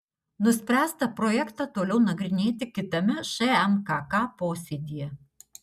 nuspręsta projektą toliau nagrinėti kitame šmkk posėdyje